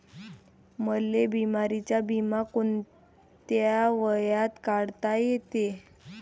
मले बिमारीचा बिमा कोंत्या वयात काढता येते?